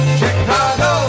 Chicago